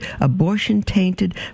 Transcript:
abortion-tainted